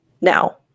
now